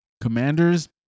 commanders